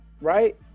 Right